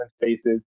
spaces